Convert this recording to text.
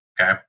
Okay